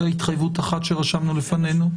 זה התחייבות אחת שרשמנו לפנינו.